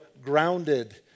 grounded